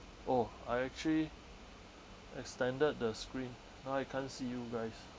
oh I actually extended the screen now I can't see you guys